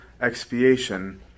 expiation